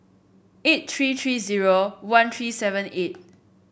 eight tree tree zero one tree seven eight